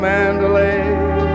Mandalay